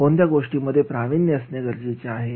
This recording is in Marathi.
कोणत्या गोष्टीमध्ये प्रावीण्य असणे गरजेचे आहे